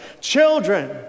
Children